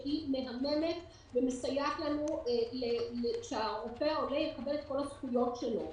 שהיא מהממת ומסייעת לנו שהרופא העולה יקבל את כל הזכויות שלו.